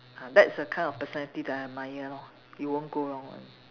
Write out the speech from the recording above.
ah that's the kind of personality that I admire lor it won't go wrong [one]